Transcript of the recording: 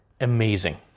amazing